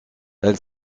elle